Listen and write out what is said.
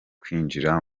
kwinjira